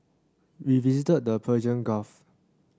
we visited the Persian Gulf